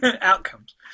outcomes